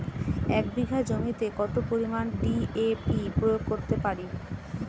এক বিঘা জমিতে কত পরিমান ডি.এ.পি প্রয়োগ করতে পারি?